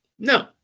No